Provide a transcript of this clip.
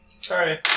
Sorry